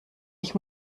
ich